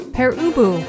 Perubu